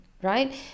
right